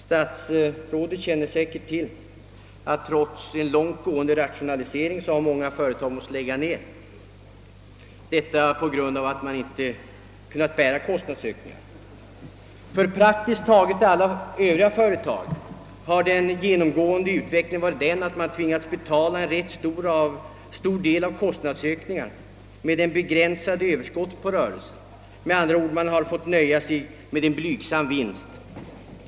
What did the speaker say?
Statsrådet känner säkert till att trots en långtgående rationalisering har många företag måst lägga ned sin verksamhet på grund av att de inte kunnat bära kostnadsök ningarna. För praktiskt taget alla övriga företag har den genomgående utvecklingen varit att man tvingats betala en stor del av kostnadsökningarna med ett beskuret överskott på rörelsen; man hade med andra ord fått nöja sig med en blygsam vinst.